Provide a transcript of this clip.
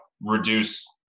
reduce